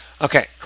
Okay